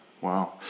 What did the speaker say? Wow